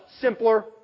simpler